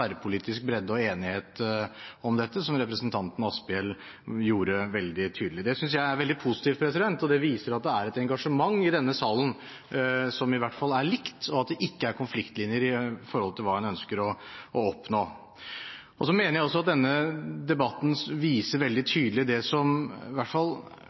tverrpolitisk bredde og enighet om dette, som representanten Asphjell gjorde veldig tydelig. Det synes jeg er veldig positivt, og det viser at det i hvert fall er et felles engasjement i denne salen, og at det ikke er konfliktlinjer med hensyn til hva en ønsker å oppnå. Så mener jeg også at debatten viser veldig